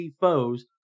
foes